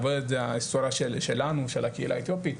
ההיסטוריה שלנו של הקהילה האתיופית,